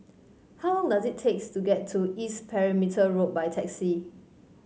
how long does it takes to get to East Perimeter Road by taxi